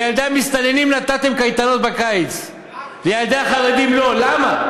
לילדי המסתננים נתתם, כל הכבוד, אבל למה?